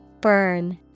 Burn